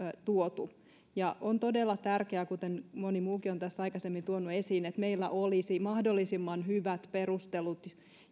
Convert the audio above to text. tuotu on todella tärkeää kuten moni muukin on tässä aikaisemmin tuonut esiin että meillä olisi mahdollisimman hyvät perustelut